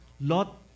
Lot